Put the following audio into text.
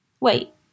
Wait